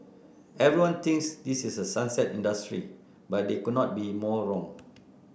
everyone thinks this is a sunset industry but they could not be more wrong